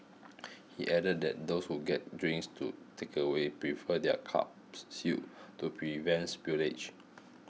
he added that those who get drinks to takeaway prefer their cups sealed to prevent spillage